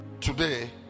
Today